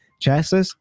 chassis